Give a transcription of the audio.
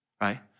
right